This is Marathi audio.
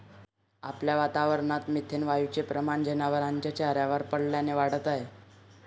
आपल्या वातावरणात मिथेन वायूचे प्रमाण जनावरांच्या चाऱ्यावर पडल्याने वाढत आहे